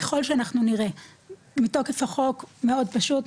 ככול שאנחנו ניראה מתוקף החוק מאוד פשוט,